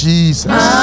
Jesus